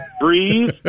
breathe